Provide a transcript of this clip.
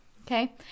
Okay